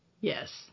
Yes